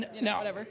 Now